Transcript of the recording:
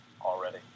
already